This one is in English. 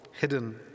hidden